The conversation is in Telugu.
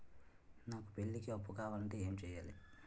నాకు పెళ్లికి అప్పు కావాలంటే ఏం చేయాలి?